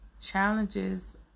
Challenges